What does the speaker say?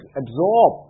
absorb